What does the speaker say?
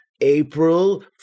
April